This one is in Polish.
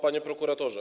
Panie Prokuratorze!